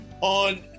on